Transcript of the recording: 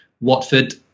Watford